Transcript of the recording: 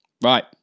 right